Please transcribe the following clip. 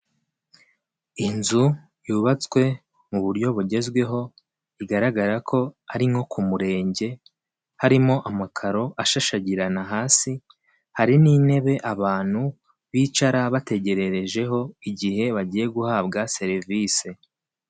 Inzu yubatswe mu buryo bugezweho bigaragara ko ari nko ku murenge, harimo amakaro ashashagirana hasi, hari n'intebe abantu bicara bategerererejeho igihe bagiye guhabwa serivise.